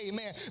Amen